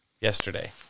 Yesterday